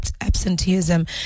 absenteeism